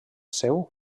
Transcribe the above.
seu